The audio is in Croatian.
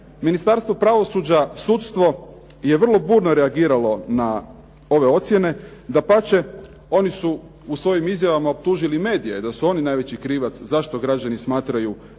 Ministarstvo pravosuđa, sudstvo je vrlo burno reagiralo na ove ocjene. Dapače oni su u svojim izmjenama optužili medije da su oni najveći krivac zašto građani smatraju da